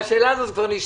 10:55.